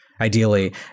ideally